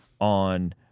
on